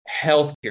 healthcare